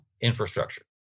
infrastructure